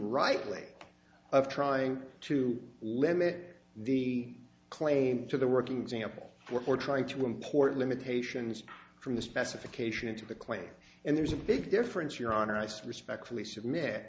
rightly of trying to limit the claim to the working example for trying to import limitations from the specification into the claim and there's a big difference your honor i said respectfully submit